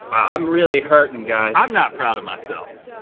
i'm really hurtin', guys. i'm not proud of myself.